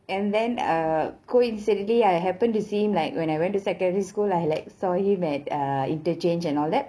and then err coincidently I happened to see him like when I went to secondary school I like saw him at err interchange and all that